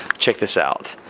check this out.